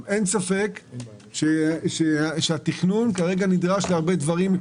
10:57) אין ספק שהתכנון כרגע נדרש להרבה דברים.